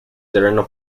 terreno